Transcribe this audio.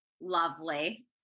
lovely